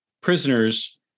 prisoners